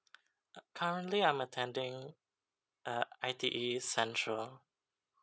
uh currently I'm attending uh I T E central